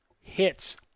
hits